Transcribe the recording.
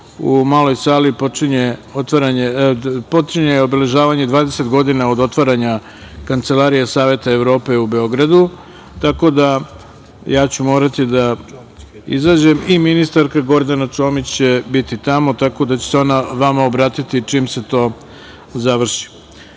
u Maloj sali počinje obeležavanje 20 godina od otvaranja Kancelarije saveta Evrope u Beogradu, tako da ću morati da izađem. I ministarka Gordana Čomić će biti tamo, tako da će se ona vama obratiti čim se to završi. Sada